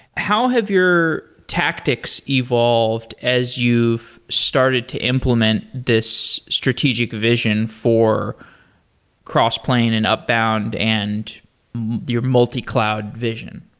how have your tactics evolved as you've started to implement this strategic vision for crossplane and upbound and your multi-cloud vision?